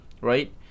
right